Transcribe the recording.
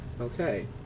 okay